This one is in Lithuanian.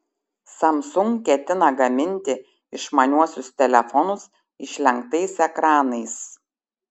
samsung ketina gaminti išmaniuosius telefonus išlenktais ekranais